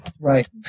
Right